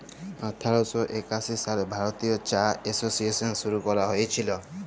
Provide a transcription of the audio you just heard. আঠার শ একাশি সালে ভারতীয় চা এসোসিয়েশল শুরু ক্যরা হঁইয়েছিল